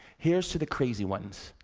here's to the crazy ones,